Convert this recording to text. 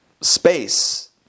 space